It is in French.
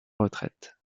retraite